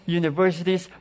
universities